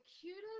cutest